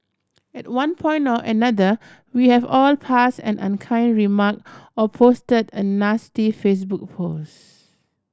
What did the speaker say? at one point or another we have all passed an unkind remark or posted a nasty Facebook post